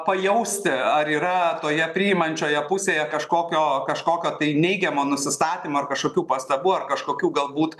pajausti ar yra toje priimančioje pusėje kažkokio kažkokio tai neigiamo nusistatymo ar kažkokių pastabų ar kažkokių galbūt